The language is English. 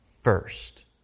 first